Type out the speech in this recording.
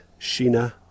Sheena